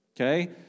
Okay